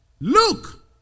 Look